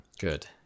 Good